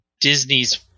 Disney's